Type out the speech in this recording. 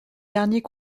derniers